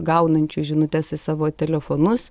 gaunančių žinutes į savo telefonus